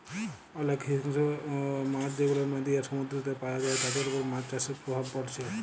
অনেক হিংস্র মাছ যেগুলা নদী আর সমুদ্রেতে পায়া যায় তাদের উপর মাছ চাষের প্রভাব পড়ছে